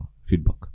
Feedback